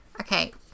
Okay